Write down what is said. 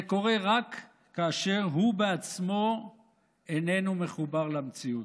זה קורה רק כאשר הוא בעצמו איננו מחובר למציאות.